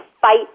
Fight